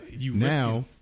now